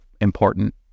important